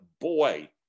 boy